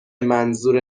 منظور